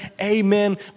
amen